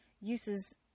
uses